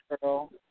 girl